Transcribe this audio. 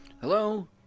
Hello